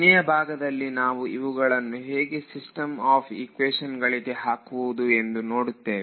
ಕೊನೆಯ ಭಾಗದಲ್ಲಿ ನಾವು ಇವುಗಳನ್ನು ಹೇಗೆ ಸಿಸ್ಟಮ್ ಆಫ್ ಇಕ್ವೇಶನ್ ಗಳಿಗೆ ಹಾಕುವುದು ಎಂದು ನೋಡುತ್ತೇವೆ